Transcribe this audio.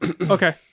Okay